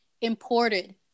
imported